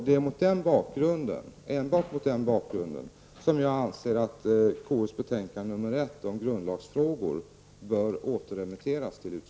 Det är enbart mot denna bakgrund som jag anser att KUs betänkande nr 1